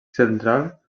central